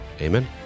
Amen